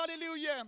Hallelujah